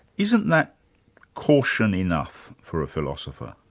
isn't that caution enough for a philosopher?